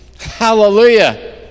Hallelujah